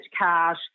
cash